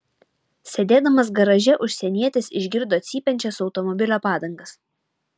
sėdėdamas garaže užsienietis išgirdo cypiančias automobilio padangas